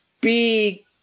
big